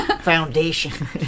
foundation